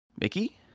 Mickey